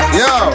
yo